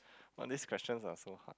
all this questions are so hard